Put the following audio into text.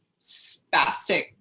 spastic